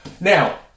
Now